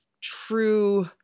true